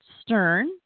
Stern